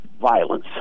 violence